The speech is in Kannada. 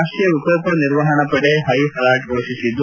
ರಾಷ್ಟೀಯ ವಿಕೋಪ ನಿರ್ವಹಣಾ ಪಡೆ ಹೈಅಲರ್ಟ್ ಫೋಷಿಸಿದ್ದು